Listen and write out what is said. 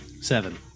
Seven